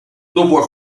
dopo